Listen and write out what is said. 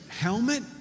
helmet